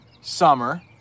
summer